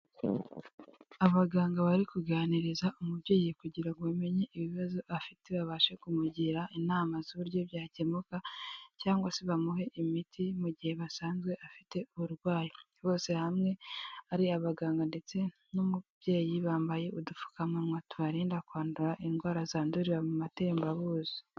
Abaganga bari kuganiriza umubyeyi kugira ngo bamenye ibibazo afite babashe kumugira inama z'uburyo byakemuka, cyangwa se bamuhe imiti mu gihe basanze afite uburwayi, bose hamwe ari abaganga ndetse n'umubyeyi bambaye udupfukamuwa tubarinda kwandura indwara zandurira mu matembabuzi.